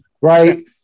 Right